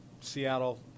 Seattle